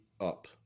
up